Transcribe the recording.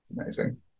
Amazing